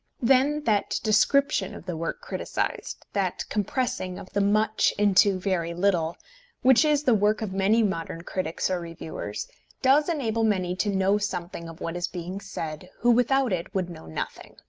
then that description of the work criticised, that compressing of the much into very little which is the work of many modern critics or reviewers does enable many to know something of what is being said, who without it would know nothing.